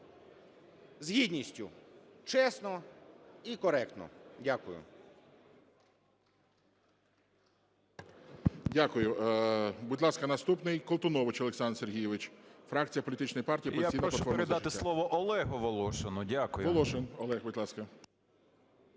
з гідністю, чесно і коректно. Дякую.